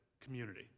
community